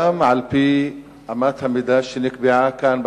גם על-פי אמת המידה שנקבעה כאן,